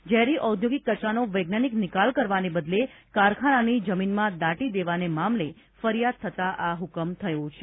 ઝેરી ઔદ્યોગિક કચરામનો વૈજ્ઞાનિક નિકાલ કરવાને બદલે કારખાનાની જમીનમાં દાટી દેવાને મામલે ફરિયાદ થતા આ હુકમ થયો છે